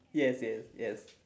yes yes yes